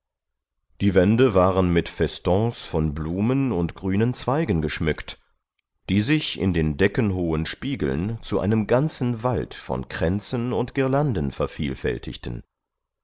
die wände waren mit festons von blumen und grünen zweigen geschmückt die sich in den deckenhohen spiegeln zu einem ganzen wald von kränzen und girlanden vervielfältigten